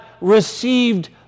received